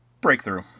Breakthrough